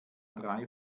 drei